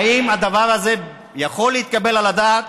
האם הדבר הזה יכול להתקבל על הדעת,